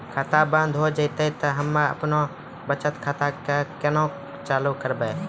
खाता बंद हो जैतै तऽ हम्मे आपनौ बचत खाता कऽ केना चालू करवै?